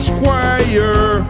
Squire